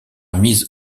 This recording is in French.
mise